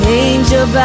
angel